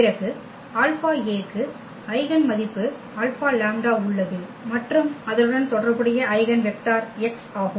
பிறகு ∝A க்கு ஐகென் மதிப்பு ∝λ உள்ளது மற்றும் அதனுடன் தொடர்புடைய ஐகென் வெக்டர் x ஆகும்